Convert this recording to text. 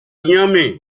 yummy